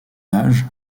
âge